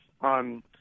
on